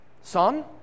Son